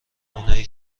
اونایی